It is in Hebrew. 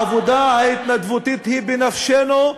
העבודה ההתנדבותית היא בנפשנו,